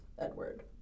Edward